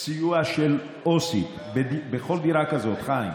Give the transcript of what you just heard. סיוע של עו"סית בכל דירה כזאת, חיים,